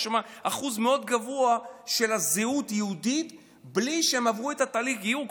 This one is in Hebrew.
יש שם אחוז מאוד גבוה של זהות יהודית בלי שהם עברו את תהליך הגיור.